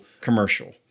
commercial